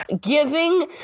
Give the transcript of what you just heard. Giving